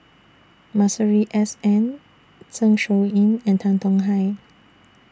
Masuri S N Zeng Shouyin and Tan Tong Hye